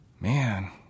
man